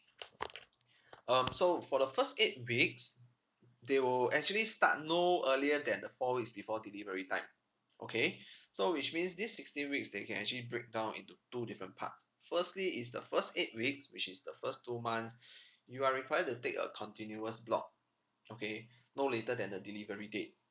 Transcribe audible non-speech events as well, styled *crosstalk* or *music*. *noise* um so for the first eight weeks they will actually start no earlier than the four weeks before delivery time okay *breath* so which means these sixteen weeks they can actually break down into two different parts firstly is the first eight weeks which is the first two months *breath* you are required to take a continuous block okay no later than the delivery date